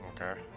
Okay